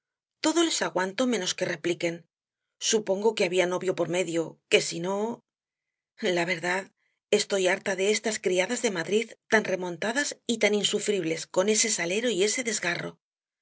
todo les aguanto menos que repliquen supongo que había novio por medio que si no la verdad estoy harta de estas criadas de madrid tan remontadas y tan insufribles con ese salero y ese desgarro